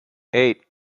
eight